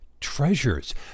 treasures